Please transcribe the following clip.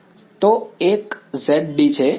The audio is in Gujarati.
વિદ્યાર્થી તે એક z d છે